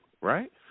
right